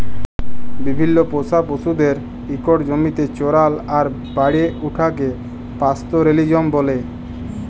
বিভিল্ল্য পোষা পশুদের ইকট জমিতে চরাল আর বাড়ে উঠাকে পাস্তরেলিজম ব্যলে